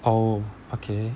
oh okay